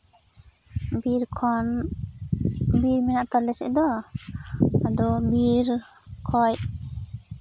ᱵᱤᱨ ᱠᱷᱱᱚᱱ ᱵᱤᱨ ᱢᱮᱱᱟᱜᱼᱟᱛᱚ ᱟᱞᱮ ᱥᱮᱫ ᱫᱚ ᱟᱫᱚ ᱵᱤᱨ ᱠᱷᱚᱱ